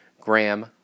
Graham